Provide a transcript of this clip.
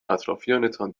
اطرافیانتان